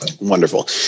Wonderful